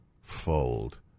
fold